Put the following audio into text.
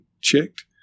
checked